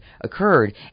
occurred